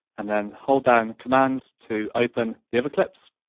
and then hold down command to open the other clips.